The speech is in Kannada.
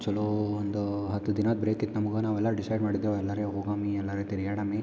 ಚಲೋ ಒಂದು ಹತ್ತು ದಿನದ ಬ್ರೇಕ್ ಇತ್ತು ನಮ್ಗೆ ನಾವೆಲ್ಲ ಡಿಸೈಡ್ ಮಾಡಿದ್ದೆವ ಎಲ್ಲರೆ ಹೋಗಾಮಿ ಎಲ್ಲರೆ ತಿರ್ಗಾಡಮ್ಮಿ